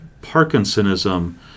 Parkinsonism